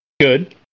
Good